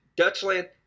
Dutchland